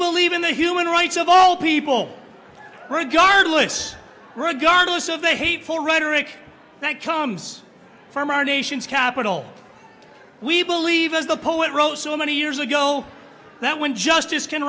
believe in the human rights of all people regardless regardless of the hateful rhetoric that comes from our nation's capitol we believe as the poet wrote so many years ago that when justice can